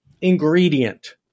ingredient